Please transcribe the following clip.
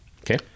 Okay